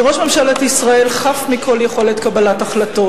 כי ראש ממשלת ישראל חף מכל יכולת קבלת החלטות.